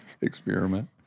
experiment